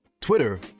Twitter